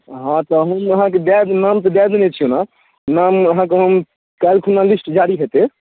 हँ तऽ हम अहाँके दए नाम तऽ दए देने छिऐ ओना नाम अहाँके हम कालि खुना लिस्ट जारी हेतै